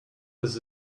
this